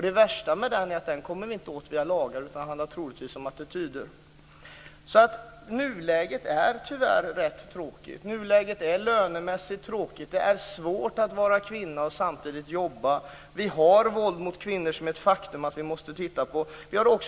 Det värsta med det är att vi inte kommer åt det via lagar utan att det troligtvis handlar om attityder. Nuläget är alltså tyvärr rätt tråkigt, bl.a. lönemässigt. Det är svårt att vara kvinna och samtidigt jobba. Våld mot kvinnor är ett faktum som vi måste titta på.